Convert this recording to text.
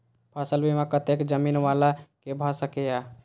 फसल बीमा कतेक जमीन वाला के भ सकेया?